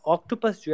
Octopus